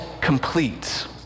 complete